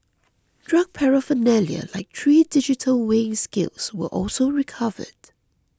drug paraphernalia like three digital weighing scales were also recovered